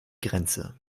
grenze